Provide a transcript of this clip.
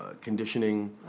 conditioning